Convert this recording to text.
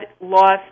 lost